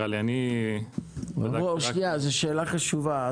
זאת שאלה חשובה.